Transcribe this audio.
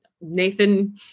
Nathan